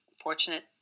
fortunate